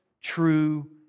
true